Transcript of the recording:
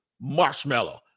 marshmallow